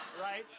Right